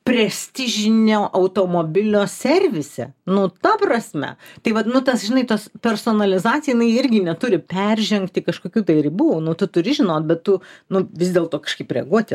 prestižinio automobilio servise nu ta prasme tai vat nu tas žinai tas personalizacija jinai irgi neturi peržengti kažkokių tai ribų nu tu turi žinot bet tu nu vis dėlto kažkaip reaguoti